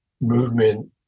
movement